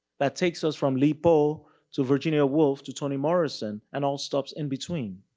that takes us from li po to virginia wolf to toni morrison and all stops in between.